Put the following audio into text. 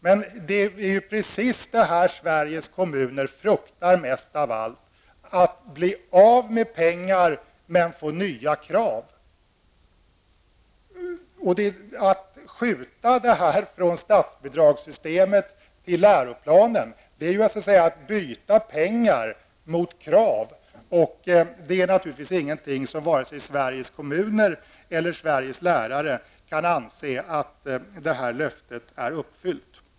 Det är precis detta som Sveriges kommuner fruktar mest av allt. De fruktar att de skall bli av med pengar men få nya krav. Att man skjuter denna fråga från statsbidragssystemet till läroplanen innebär att man byter pengar mot krav. Därigenom kan naturligtvis varken Sveriges kommuner eller Sveriges lärare anse att löftet är uppfyllt.